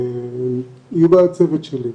יהיו בצוות שלי.